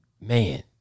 man